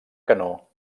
canó